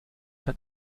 hat